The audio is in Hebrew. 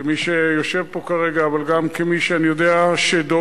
כמי שיושב פה כרגע, אבל גם כמי שאני יודע שדואג,